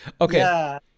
Okay